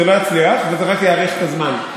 זה לא יצליח וזה רק יאריך את הזמן.